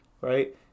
Right